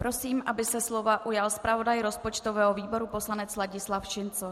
Prosím, aby se slova ujal zpravodaj rozpočtového výboru poslanec Ladislav Šincl.